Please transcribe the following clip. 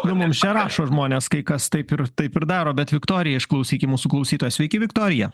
nu mum čia rašo žmonės kai kas taip ir taip ir daro bet viktorija išklausykim mūsų klausytojas sveiki viktorija